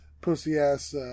pussy-ass